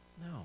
No